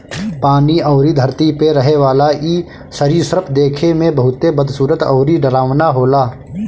पानी अउरी धरती पे रहेवाला इ सरीसृप देखे में बहुते बदसूरत अउरी डरावना होला